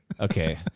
Okay